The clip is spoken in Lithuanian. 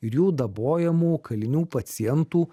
ir jų dabojamų kalinių pacientų